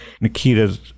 Nikita's